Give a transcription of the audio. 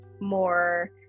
more